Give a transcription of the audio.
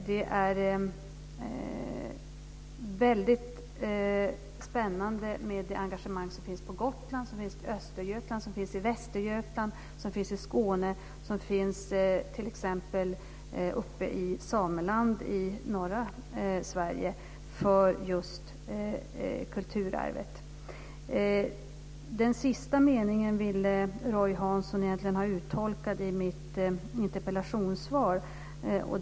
Det är väldigt spännande med det engagemang som finns på Gotland, i Östergötland, Västergötland, Skåne och även uppe i Sameland i norra Sverige för just kulturarvet. Roy Hansson ville ha den sista meningen i mitt interpellationssvar uttolkad.